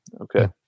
Okay